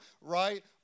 right